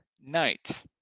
Knight